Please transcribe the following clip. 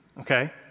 Okay